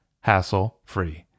hassle-free